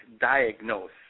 diagnose